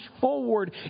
forward